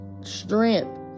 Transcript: strength